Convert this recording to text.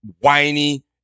whiny